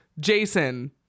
Jason